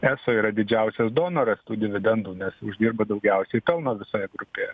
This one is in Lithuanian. eso yra didžiausias donoras tų dividendų nes uždirba daugiausiai pelno visoje grupė